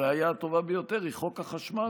הראיה הטובה ביותר היא חוק החשמל,